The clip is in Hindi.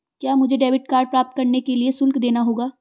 क्या मुझे डेबिट कार्ड प्राप्त करने के लिए शुल्क देना होगा?